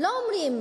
לא אומרים